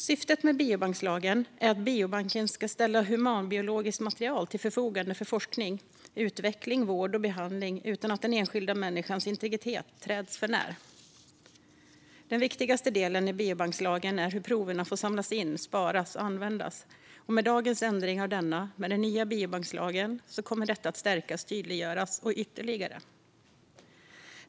Syftet med biobankslagen är att biobanker ska ställa humanbiologiskt material till förfogande för forskning, utveckling, vård och behandling utan att den enskilda människans integritet träds förnär. Den viktigaste delen i biobankslagen är hur proverna får samlas in, sparas och användas, och med dagens ändring av detta genom den nya biobankslagen kommer det att stärkas och tydliggöras ytterligare.